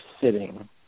sitting